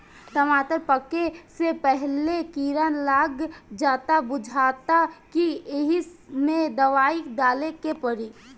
टमाटर पाके से पहिले कीड़ा लाग जाता बुझाता कि ऐइमे दवाई डाले के पड़ी